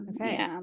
okay